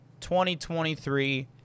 2023